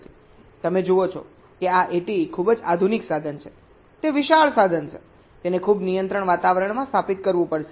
તમે જુઓ છો કે આ ATE ખૂબ જ આધુનિક સાધન છેતે વિશાળ સાધન છે તેને ખૂબ નિયંત્રિત વાતાવરણમાં સ્થાપિત કરવું પડશે